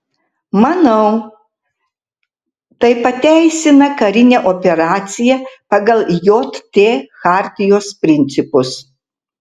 manau tai pateisina karinę operaciją pagal jt chartijos principus